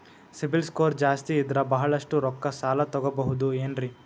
CIBIL score ಜಾಸ್ತಿ ಇದ್ರ ಬಹಳಷ್ಟು ರೊಕ್ಕ ಸಾಲ ತಗೋಬಹುದು ಏನ್ರಿ?